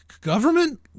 government